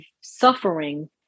suffering